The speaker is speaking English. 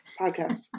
Podcast